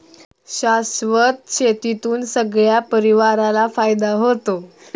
शाश्वत शेतीतून सगळ्या परिवाराला फायदा होतो